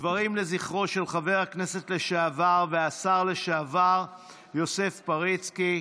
דברים לזכרו של חבר הכנסת לשעבר והשר לשעבר יוסף פריצקי.